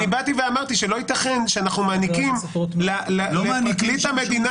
באתי ואמרתי שלא ייתכן שאנחנו מעניקים לפרקליט המדינה